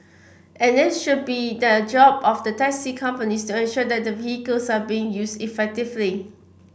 and it should be the job of the taxi companies to ensure that the vehicles are being used effectively